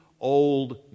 old